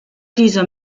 dieser